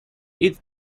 eighth